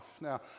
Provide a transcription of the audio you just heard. Now